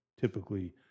typically